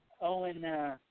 Owen